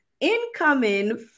incoming